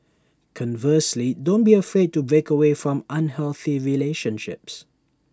conversely don't be afraid to break away from unhealthy relationships